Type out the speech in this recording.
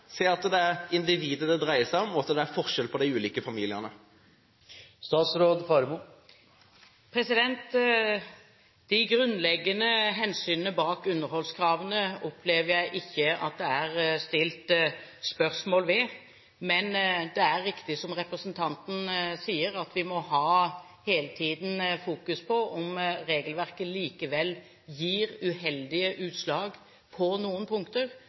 se at det er individer det dreier seg om, og at det er forskjell på de ulike familiene. De grunnleggende hensynene bak underholdskravene opplever jeg ikke at det er stilt spørsmål ved. Men det er riktig som representanten sier, at vi hele tiden må ha fokus på om regelverket likevel gir uheldige utslag på noen punkter.